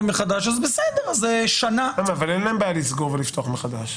מחדש --- אבל אין להם בעיה לסגור ולפתוח מחדש.